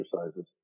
exercises